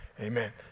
Amen